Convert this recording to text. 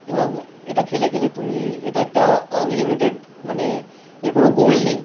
এবং এটা খেলে খেলে তুমি এটা একটা আনলিমিটেড মানে এর কোনও গোল নেই